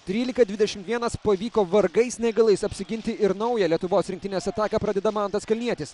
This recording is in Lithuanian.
trylika dvidešim vienas pavyko vargais negalais apsiginti ir naują lietuvos rinktinės ataką pradeda mantas kalnietis